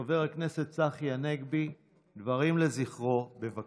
חבר הכנסת צחי הנגבי יישא דברים לזכרו, בבקשה.